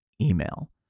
Email